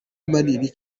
manini